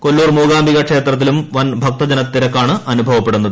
കൊല്ലൂർ മൂകാംബിക ക്ഷേത്രത്തിലും വൻ ഭക്തജനത്തിരക്കാണ് അനുഭവപ്പെടുന്നത്